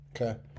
Okay